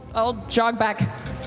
i'll jog back.